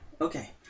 Okay